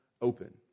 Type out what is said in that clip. open